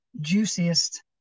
juiciest